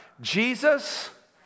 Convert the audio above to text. Jesus